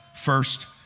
first